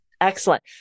Excellent